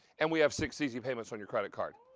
and we have six easy payments on your credit card.